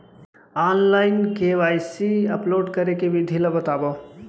Online KYC upload करे के विधि ला बतावव?